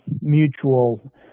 mutual